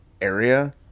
area